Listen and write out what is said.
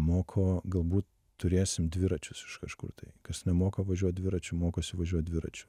moko galbūt turėsim dviračius iš kažkur tai kas nemoka važiuot dviračiu mokosi važiuot dviračiu